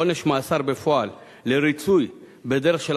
לנידון שנגזר עליו עונש מאסר בפועל לריצוי בדרך של